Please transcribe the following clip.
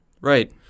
Right